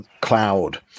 cloud